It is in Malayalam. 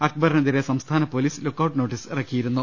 അക്ബറിനെതിരെ സംസ്ഥാന പൊലീസ് ലുക്ക്ഔട്ട് നോട്ടീസ് ഇറക്കിയിരുന്നു